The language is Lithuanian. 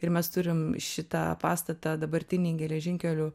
ir mes turim šitą pastatą dabartinėj geležinkelių